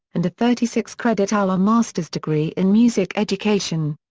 and a thirty six credit hour master's degree in music education.